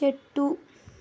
చెట్టు